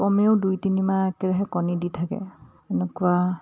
কমেও দুই তিনিমাহ একেৰাহে কণী দি থাকে এনেকুৱা